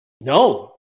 No